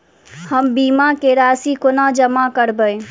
हम बीमा केँ राशि कोना जमा करबै?